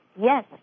Yes